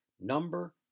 Number